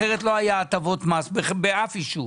אחרת לא היה הטבות מס באף יישוב.